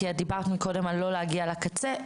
כי את דיברת קודם על לא להגיע לקצה.